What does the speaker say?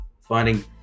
finding